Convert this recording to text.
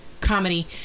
comedy